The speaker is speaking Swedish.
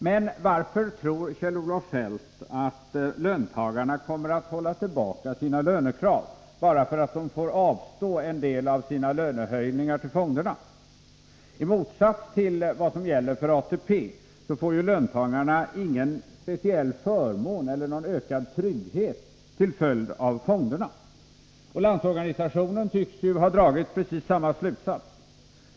Men varför tror Kjell-Olof Feldt att löntagarna kommer att hålla tillbaka sina lönekrav, bara därför att de får avstå en del av sina lönehöjningar till fonderna? I motsats till vad som gäller för ATP får löntagarna ingen speciell förmån eller någon ökad trygghet till följd av fonderna. Landsorganisationen tycks ju ha dragit precis samma slutsats.